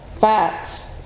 facts